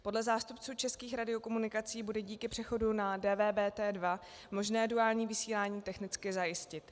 Podle zástupců Českých radiokomunikací bude díky přechodu na DVBT2 možné duální vysílání technicky zajistit.